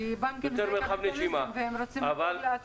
כי הבנקים זה קפיטליזם, והם רוצים לדאוג לעצמם.